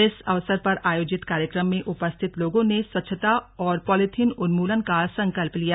इस अवसर पर आयोजित कार्यक्रम में उपस्थित लोगों ने स्वच्छता और पॉलीथिन उन्मूलन का संकल्प लिया